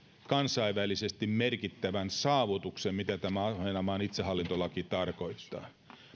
kansainvälisesti merkittävän saavutuksen mitä tämä ahvenanmaan itsehallintolaki tarkoittaa